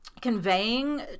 conveying